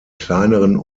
kleineren